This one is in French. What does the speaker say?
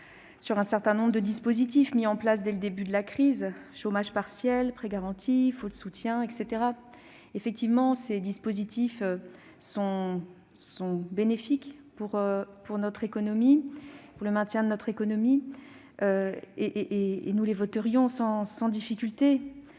sur un certain nombre de dispositifs mis en place dès le début de la crise : chômage partiel, prêts garantis, fonds de soutien, etc. De fait, ces dispositifs sont bénéfiques pour le maintien de notre économie, et nous les voterions sans difficulté